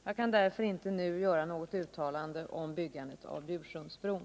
Jag kan därför inte nu göra något uttalande om byggandet av Bjursundsbron.